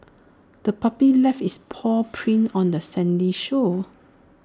the puppy left its paw prints on the sandy shore